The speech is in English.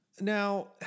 now